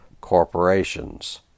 corporations